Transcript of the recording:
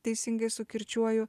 teisingai sukirčiuoju